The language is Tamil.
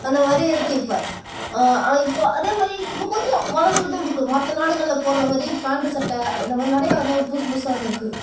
அந்த மாதிரி இருக்குது இப்போ ஆனால் இப்போ அதே மாதிரி இப்போ கொஞ்சம் வளர்ந்துக்கிட்டும் இருக்குது மற்ற நாடுகளில் போடுகிற மாதிரி பேண்டு சட்டை அந்த மாதிரி நிறைய வந்து புதுசு புதுசாக வந்திருக்கு